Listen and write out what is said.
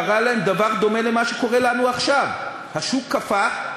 קרה להם דבר דומה למה שקורה לנו עכשיו: השוק קפא,